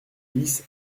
bis